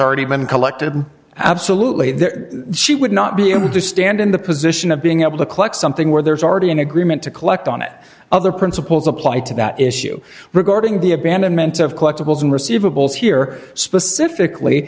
already been collected absolutely that she would not be able to stand in the position of being able to collect something where there is already an agreement to collect on it other principles apply to that issue regarding the abandonment of collectibles in receivables here specifically